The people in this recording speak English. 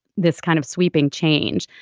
this kind of sweeping change.